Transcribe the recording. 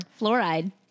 Fluoride